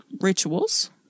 rituals